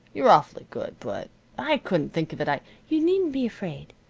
you're awfully good, but i couldn't think of it. i you needn't be afraid.